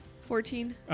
Fourteen